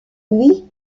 huit